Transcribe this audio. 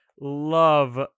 love